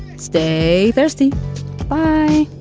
stay thirsty by